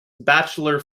bachelor